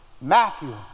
Matthew